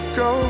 go